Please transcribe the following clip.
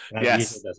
Yes